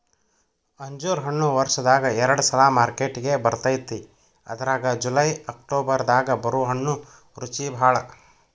ಅಂಜೂರ ಹಣ್ಣು ವರ್ಷದಾಗ ಎರಡ ಸಲಾ ಮಾರ್ಕೆಟಿಗೆ ಬರ್ತೈತಿ ಅದ್ರಾಗ ಜುಲೈ ಅಕ್ಟೋಬರ್ ದಾಗ ಬರು ಹಣ್ಣು ರುಚಿಬಾಳ